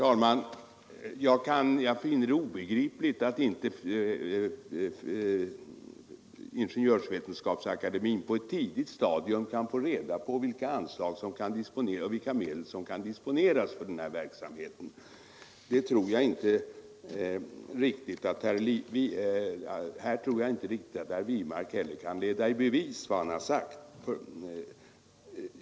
Herr talman! Jag finner det obegripligt att inte Ingenjörsvetenskapsakademien på ett tidigt stadium kan få reda på vilka medel som kan disponeras för utbytesverksamheten. Här tror jag inte riktigt att herr Wirmark kan leda i bevis vad han sagt.